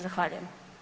Zahvaljujem.